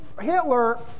Hitler